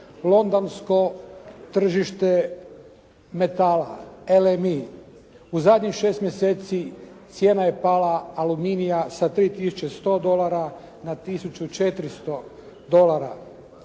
Londonsko tržište metala LMI u zadnjih 6 mjeseci cijena je pala aluminija sa 3 tisuće 100 dolara